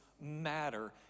matter